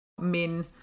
Men